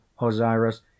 Osiris